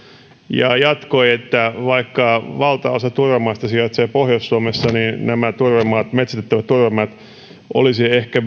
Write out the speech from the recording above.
ja jatkoi ja antoi ymmärtää että vaikka valtaosa turvemaista sijaitsee pohjois suomessa niin nämä metsitettävät turvemaat tulisi ehkä